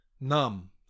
numb